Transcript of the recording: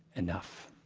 enough?